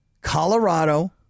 Colorado